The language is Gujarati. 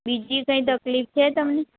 બીજી કંઈ તકલીફ છે તમને